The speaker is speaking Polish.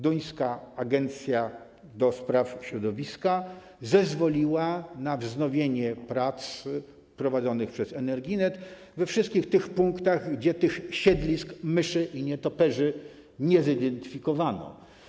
Duńska agencja do spraw środowiska zezwoliła na wznowienie prac prowadzonych przez Energinet we wszystkich obszarach, gdzie tych siedlisk myszy i nietoperzy nie zidentyfikowano.